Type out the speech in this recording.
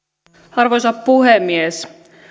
arvoisa puhemies